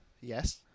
Yes